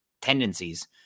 tendencies